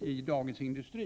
i Dagens Industri?